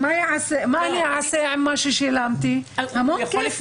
אבל אני כבר שילמתי המון כסף.